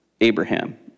Abraham